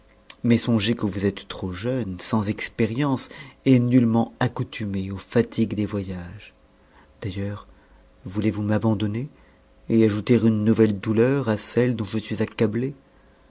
mais songez que vous êtes trop jeune sans expérience et nullement accoutumé aux fatigues des voyages d'ailleurs voulez-vous m'abandonner et ajouter une nouvelle douteur à celle dont je suis accablée